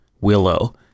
Willow